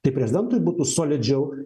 tai prezidentui būtų solidžiau